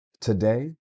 today